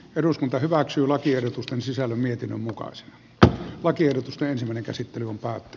eduskunta hyväksyy lakiehdotusten sisällön mietinnön mukaan se että lakiehdotusten simonen käsittely antaa